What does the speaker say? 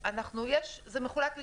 זה מחולק לשניים.